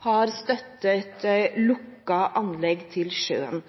har støttet lukkede anlegg i sjøen.